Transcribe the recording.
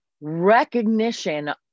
recognition